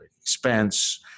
expense